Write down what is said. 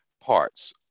parts